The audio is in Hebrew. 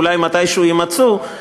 אולי מתישהו יימצאו,